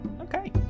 Okay